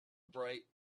bright